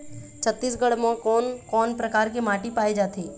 छत्तीसगढ़ म कोन कौन प्रकार के माटी पाए जाथे?